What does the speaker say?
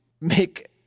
make